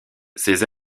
ces